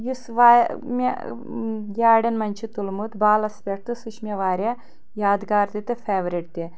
یُس مے یارٮ۪ن منٛز چھ تُلمت بالَس پٮ۪ٹھ تہٕ سُہ چھُ مے واریاہ یادگار تہِ تہٕ فیورِٹ تہِ